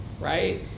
right